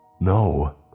No